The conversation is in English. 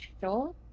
sure